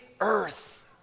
earth